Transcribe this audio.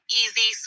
easy